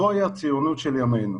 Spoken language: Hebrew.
זוהי הציונות של ימינו.